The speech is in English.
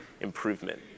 improvement